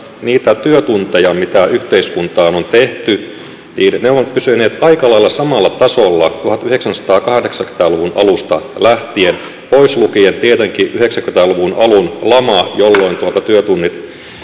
niitä työtunteja mitä yhteiskuntaan on tehty ne ovat pysyneet aika lailla samalla tasolla tuhatyhdeksänsataakahdeksankymmentä luvun alusta lähtien poislukien tietenkin yhdeksänkymmentä luvun alun lama jolloin työtunnit